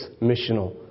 missional